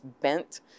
bent